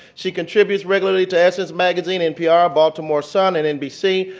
she contributes regularly to essence magazine, npr, baltimore sun, and nbc